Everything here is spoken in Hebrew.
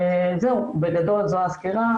בגדול זו הסקירה,